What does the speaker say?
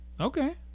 Okay